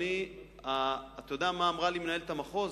אדוני, אתה יודע מה אמרה לי מנהלת המחוז?